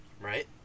Right